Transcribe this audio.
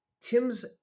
Tim's